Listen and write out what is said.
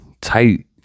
tight